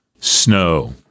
Snow